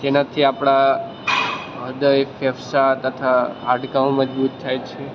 જેનાથી આપણા હૃદય ફેફસાં તથા હાડકાંઓ મજબૂત થાય છે